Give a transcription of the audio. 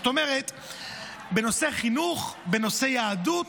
זאת אומרת בנושאי חינוך, בנושאי יהדות,